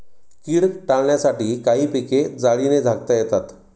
कीड टाळण्यासाठी काही पिके जाळीने झाकता येतात